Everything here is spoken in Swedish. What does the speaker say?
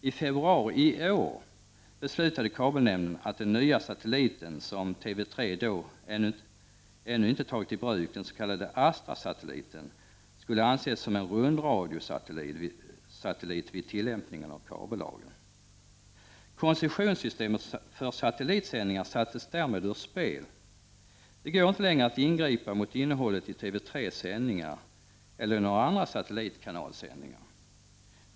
I februari i år beslutade kabelnämnden att den nya satelliten, som TV3 då ännu inte tagit i bruk, den s.k. Astrasatelliten, skulle betraktas som en rundradiosatellit vid tillämpningen av kabellagen. Koncessionssystemet för satellitsändningar sattes därmed ur spel. Det går inte längre att ingripa mot innehållet i TV3:s sändningar eller i några andra satellitkanalsändningar.